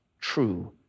true